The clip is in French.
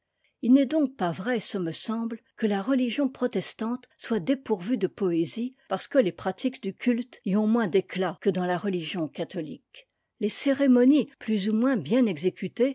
il n'est donc pas vrai ce me semble que la religion protestante soit dépourvue de poésie parce que les pratiques du culte y ont moins d'éclat que dans la religion catholique des cérémonies plus ou moins bien exécutées